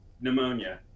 pneumonia